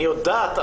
אני יודעת.